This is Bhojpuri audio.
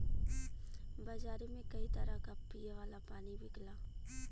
बजारे में कई तरह क पिए वाला पानी बिकला